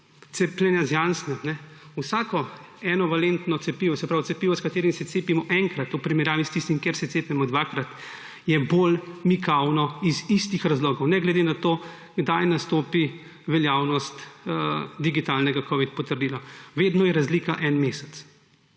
cepljenja z Janssenom. Vsako enovalentno cepivo, se pravi cepivo, s katerim se cepimo enkrat ,v primerjavi s tistim, kjer se cepimo dvakrat, je bolj mikavno iz istih razlogov, ne glede na to, kdaj nastopi veljavnost digitalnega covidnega potrdila. Vedno je razlika en mesec.